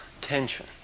Tension